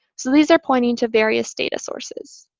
so these are pointing to various data sources.